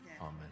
Amen